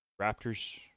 Raptors